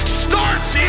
starts